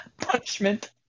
Punishment